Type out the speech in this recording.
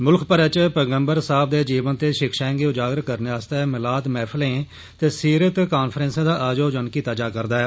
मुल्ख भरै च पैगम्बर साहब दे जीवन ते शिक्षाएं गी उजागर करने आस्तै मिलाद महफिलें ते सीरत कान्फ्रैंसें दा आयोजन कीता जा'रदा ऐ